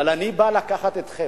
אבל אני בא לקחת אתכם.